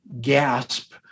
gasp